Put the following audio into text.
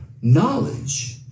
knowledge